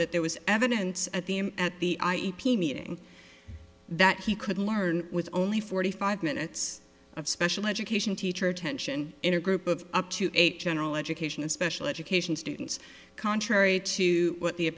that there was evidence at the him at the i e p meeting that he could learn with only forty five minutes of special education teacher attention in a group of up to eight general education and special education students contrary to what the